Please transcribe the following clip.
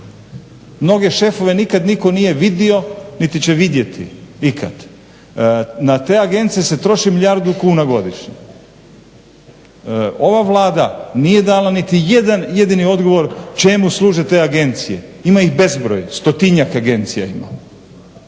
Mnoge šefove nikad nitko nije vidio niti će vidjeti ikad. Na te agencije se troši milijardu kuna godišnje. Ova Vlada nije dala niti jedan jedini odgovor čemu služe te agencije, a ima ih bezbroj, stotinjak agencija imamo.